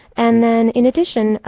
and then, in addition,